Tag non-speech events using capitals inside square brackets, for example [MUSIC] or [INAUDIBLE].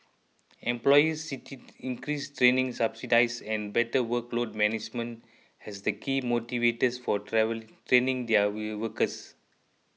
employers cited increased training subsidies and better workload management as the key motivators for travel training their [UNINTELLIGIBLE] workers